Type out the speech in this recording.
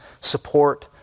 support